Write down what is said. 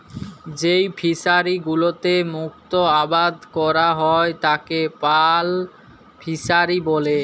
যেই ফিশারি গুলোতে মুক্ত আবাদ ক্যরা হ্যয় তাকে পার্ল ফিসারী ব্যলে